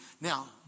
Now